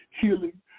healing